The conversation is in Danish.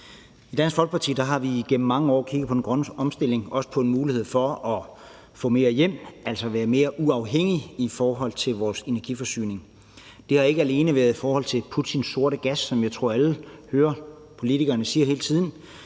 I Dansk Folkeparti har vi igennem mange år kigget på den grønne omstilling, bl.a. på muligheden for at få mere hjem, altså muligheden for at blive mere uafhængige i forhold til vores energiforsyning. Det har ikke alene været i forhold til Putins sorte gas, som jeg tror alle hele tiden hører politikerne